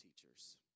teachers